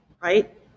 right